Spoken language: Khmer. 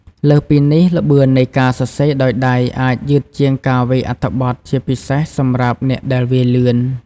លើសពីនេះ ល្បឿននៃការសរសេរដោយដៃអាច យឺតជាងការវាយ អត្ថបទ ជាពិសេសសម្រាប់អ្នកដែលវាយលឿន។